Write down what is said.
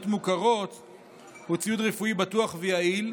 מוכרות הוא ציוד רפואי בטוח ויעיל,